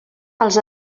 els